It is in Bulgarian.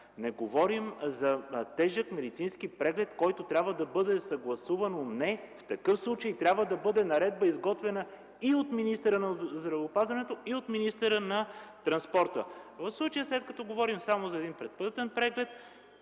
Не говорим за тежък медицински преглед, който трябва да бъде съгласуван. В такъв случай наредбата би трябвало да бъде изготвена и от министъра на здравеопазването, и от министъра на транспорта. В случая, след като говорим само за предпътен преглед,